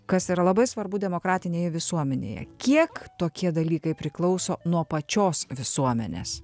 kas yra labai svarbu demokratinėje visuomenėje kiek tokie dalykai priklauso nuo pačios visuomenės